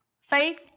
Faith